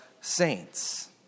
saints